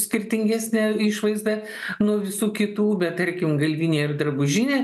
skirtingesnė išvaizda nuo visų kitų bet tarkim galvinė ir drabužinė